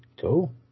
Cool